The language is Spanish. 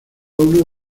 uno